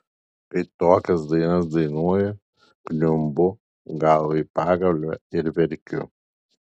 kai tokias dainas dainuoja kniumbu galva į pagalvę ir verkiu